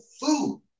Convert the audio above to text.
food